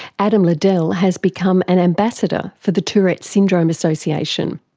adam ladell has become an ambassador for the tourette's syndrome association.